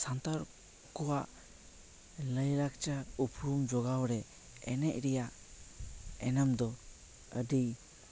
ᱥᱟᱱᱛᱟᱲ ᱠᱚᱣᱟᱜ ᱞᱟᱹᱭ ᱞᱟᱠᱪᱟᱨ ᱩᱯᱨᱩᱢ ᱡᱚᱜᱟᱣ ᱨᱮ ᱮᱱᱮᱡ ᱨᱮᱭᱟᱜ ᱮᱱᱮᱢ ᱫᱚ ᱟᱹᱰᱤ